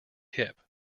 hip